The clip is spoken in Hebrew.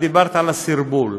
את דיברת על סרבול,